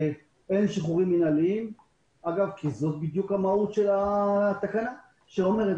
אין שחרורים מינהליים כי זאת בדיוק מהות התקנה שלפיה,